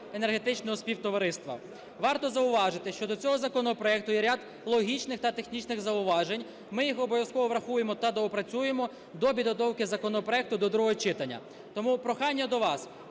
енергетичного співтовариства. Варто зауважити, що до цього законопроекту є ряд логічних та технічних зауважень, ми їх обов'язково врахуємо та доопрацюємо до підготовки законопроекту до другого читання. Тому прохання до вас